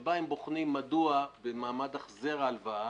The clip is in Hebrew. שבה הם בוחנים מדוע במעמד החזר ההלוואה